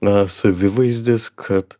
na savivaizdis kad